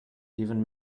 even